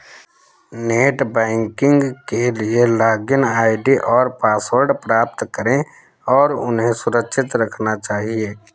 net banking के लिए login ID और पासवर्ड प्राप्त करें और उन्हें सुरक्षित रखना चहिये